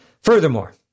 Furthermore